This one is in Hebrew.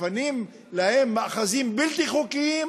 מפנים להם מאחזים בלתי חוקיים,